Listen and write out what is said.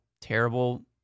terrible